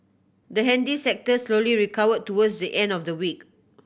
the handy sector slowly recovered towards the end of the week